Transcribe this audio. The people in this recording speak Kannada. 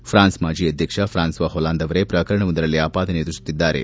ಫ್ರಾನ್ಸ್ ಮಾಜಿ ಅಧ್ಯಕ್ಷ ಪ್ರಾನ್ಸ್ವಾ ಹೊಲಾಂದ್ ಅವರೇ ಪ್ರಕರಣವೊಂದರಲ್ಲಿ ಆಪಾದನೆ ಎದುರಿಸುತ್ತಿದ್ದಾರೆ